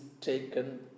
taken